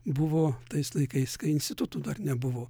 buvo tais laikais kai institutų dar nebuvo